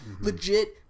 legit